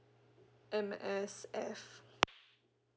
M_S_F